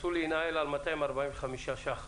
רצו להינעל על 245 שקלים.